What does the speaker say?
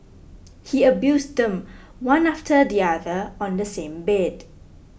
he abused them one after the other on the same bed